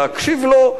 להקשיב לו.